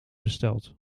besteld